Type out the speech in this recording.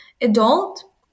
adult